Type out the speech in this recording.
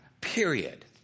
period